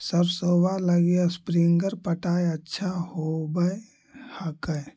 सरसोबा लगी स्प्रिंगर पटाय अच्छा होबै हकैय?